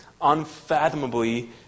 unfathomably